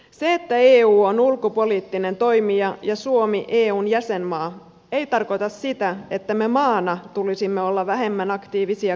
se että eu on ulkopoliittinen toimija ja suomi eun jäsenmaa ei tarkoita sitä että meidän maana tulisi olla vähemmän aktiivisia kansainvälisessä yhteisössä